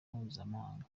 mpuzamahanga